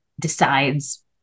decides